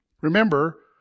Remember